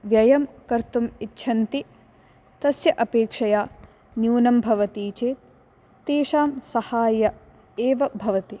व्ययं कर्तुम् इच्छन्ति तस्य अपेक्षया न्यूनं भवति चेत् तेषां सहाय्य एव भवति